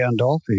Gandolfi